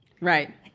Right